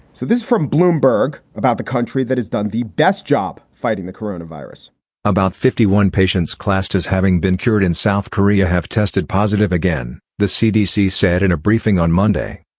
so this from bloomberg about the country that has done the best job fighting the corona virus about fifty one patients classed as having been cured in south korea have tested positive again, the cdc said in a briefing on monday.